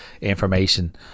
information